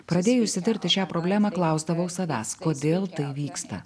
pradėjusi tirti šią problemą klausdavau savęs kodėl tai vyksta